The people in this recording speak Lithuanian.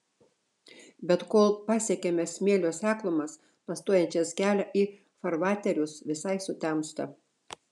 bet kol pasiekiame smėlio seklumas pastojančias kelią į farvaterius visai sutemsta